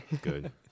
Good